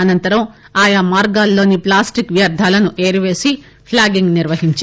అనంతరం ఆయా మార్గాల్లోని ప్లాస్టిక్ వ్యర్థాలను ఏరిపేసి ప్లాగింగ్ నిర్వహించారు